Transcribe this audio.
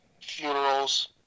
funerals